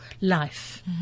life